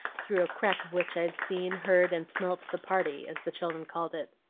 through a crack of which i'd seen, heard, and smelt the party as the children call it.